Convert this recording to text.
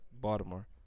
Baltimore